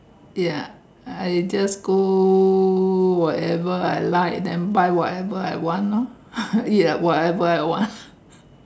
ya I just go whatever I like then buy whatever I want lor ya whatever I want